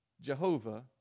Jehovah